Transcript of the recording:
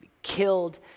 killed